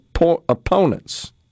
opponents